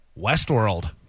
Westworld